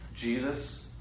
Jesus